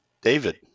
David